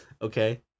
Okay